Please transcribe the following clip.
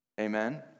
Amen